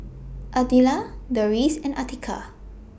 Deris and Atiqah